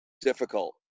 difficult